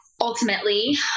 ultimately